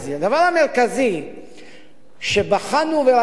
הדבר המרכזי שבחנו וראינו,